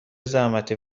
زحمتی